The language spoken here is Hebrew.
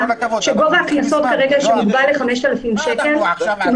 גובה הקנסות שמוגבל כרגע ל-5,000 שקל הוא